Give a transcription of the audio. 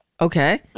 okay